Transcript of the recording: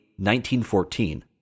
1914